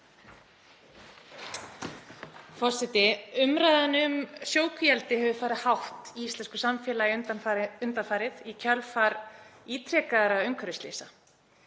Forseti. Umræðan um sjókvíaeldi hefur farið hátt í íslensku samfélagi undanfarið í kjölfar ítrekaðra umhverfisslysa.